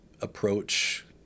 approach